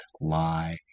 lie